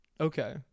Okay